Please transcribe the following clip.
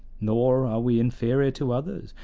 nor are we inferior to others,